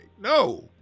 No